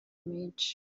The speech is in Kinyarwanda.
menshi